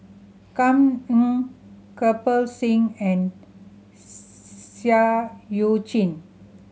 Kam Ning Kirpal Singh and Seah Eu Chin